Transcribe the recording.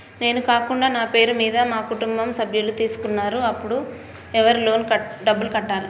నేను కాకుండా నా పేరు మీద మా కుటుంబ సభ్యులు తీసుకున్నారు అప్పుడు ఎవరు లోన్ డబ్బులు కట్టాలి?